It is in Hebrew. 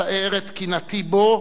אתאר את קנאתי בו